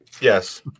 Yes